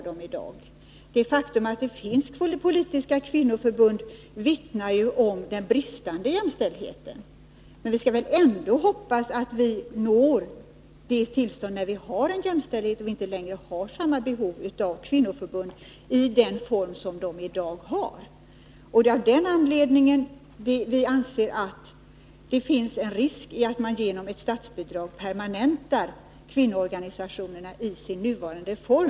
Det faktum att det finns politiska kvinnoförbund vittnar om den bristande jämställdheten, men vi skall väl ändå hoppas att vi når ett tillstånd där vi har en jämställdhet och inte längre har behov av kvinnoförbund i den form som de i dag har. Det är av den anledningen som vi anser att det finns en risk för att man genom att ge statsbidrag permanentar kvinnoorganisationerna i deras nuvarande form.